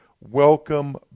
welcome